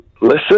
Listen